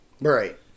Right